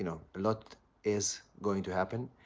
you know lot is going to happen.